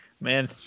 Man